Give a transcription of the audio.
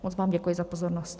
Moc vám děkuji za pozornost.